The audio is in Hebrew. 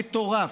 מטורף,